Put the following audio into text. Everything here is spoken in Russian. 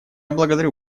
благодарю